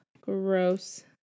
Gross